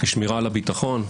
שמירה על הביטחון.